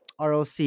ROC